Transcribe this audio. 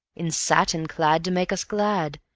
in satin clad to make us glad,